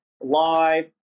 live